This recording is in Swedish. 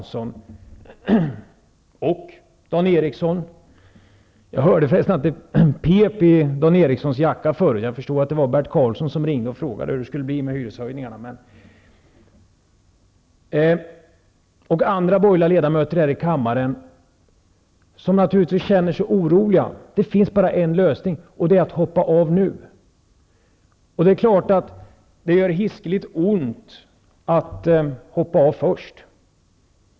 Stockholm -- jag hörde förresten att det pep i Dan Erikssons jacka förut, och jag förstod att det var Bert Karlsson som ringde och frågade hur det skulle bli med hyreshöjningarna -- och för andra borgerliga ledamöter här i kammaren som naturligtvis känner sig oroliga finns det bara en lösning, och det är att hoppa av nu. Det är klart att det gör hiskligt ont att hoppa av först.